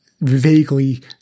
vaguely